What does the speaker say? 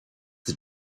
the